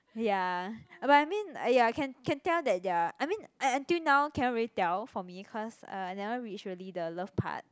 ya but I mean uh ya can can tell that they are I mean un~ until now cannot really tell for me cause uh never reach really the love part